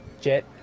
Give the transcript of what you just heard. jet